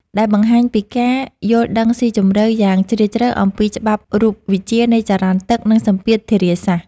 ដែលបង្ហាញពីការយល់ដឹងស៊ីជម្រៅយ៉ាងជ្រាលជ្រៅអំពីច្បាប់រូបវិទ្យានៃចរន្តទឹក និងសម្ពាធធារាសាស្ត្រ។